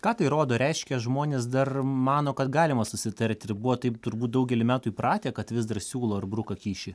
ką tai rodo reiškia žmonės dar mano kad galima susitarti ir buvo taip turbūt daugelį metų įpratę kad vis dar siūlo ir bruka kyšį